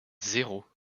zéro